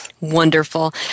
Wonderful